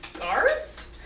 Guards